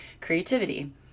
creativity